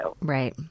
Right